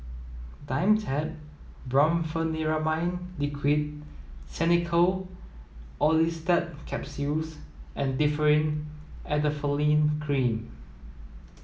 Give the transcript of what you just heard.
Dimetapp Brompheniramine Liquid Xenical Orlistat Capsules and Differin Adapalene Cream